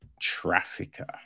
trafficker